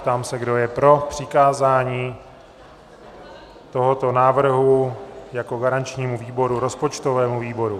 Ptám se, kdo je pro přikázání tohoto návrhu jako garančnímu výboru rozpočtovému výboru.